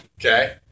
Okay